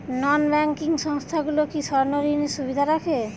নন banking সংস্থাগুলো কি স্বর্ণঋণের সুবিধা রাখে?